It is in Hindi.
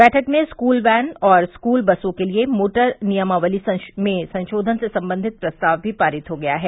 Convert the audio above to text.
बैठक में स्कूल वैन और स्कूल बसों के लिये मोटर नियमावली में संशोधन से संबंधित प्रस्ताव भी पारित हो गया है